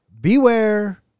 Beware